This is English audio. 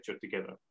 together